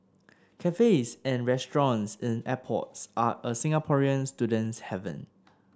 cafes and restaurants in airports are a Singaporean student's haven